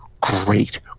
great